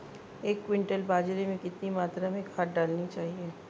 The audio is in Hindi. एक क्विंटल बाजरे में कितनी मात्रा में खाद डालनी चाहिए?